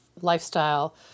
lifestyle